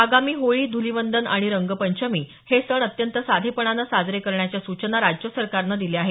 आगामी होळी धुलिवंदन आणि रंगपंचमी हे सण अत्यंत साधेपणानं साजरे करण्याच्या सूचना राज्य सरकारनं दिल्या आहेत